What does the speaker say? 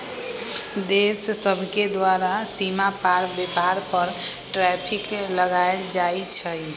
देश सभके द्वारा सीमा पार व्यापार पर टैरिफ लगायल जाइ छइ